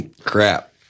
Crap